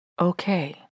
Okay